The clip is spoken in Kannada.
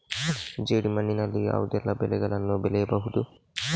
ಜೇಡಿ ಮಣ್ಣಿನಲ್ಲಿ ಯಾವುದೆಲ್ಲ ಬೆಳೆಗಳನ್ನು ಬೆಳೆಯಬಹುದು?